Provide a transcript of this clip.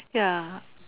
ya